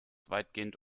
weitgehend